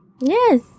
Yes